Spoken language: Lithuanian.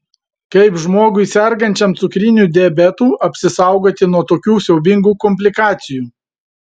kaip žmogui sergančiam cukriniu diabetu apsisaugoti nuo tokių siaubingų komplikacijų